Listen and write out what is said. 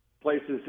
Places